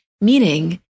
Meaning